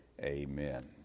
amen